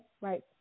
Right